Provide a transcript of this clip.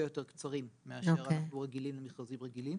יותר קצרים מאשר מה שאנחנו רגילים במכרזים רגילים.